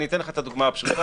אתן לך את הדוגמה הפשוטה,